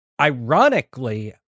Ironically